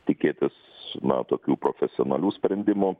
tikėtis na tokių profesionalių sprendimų